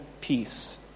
peace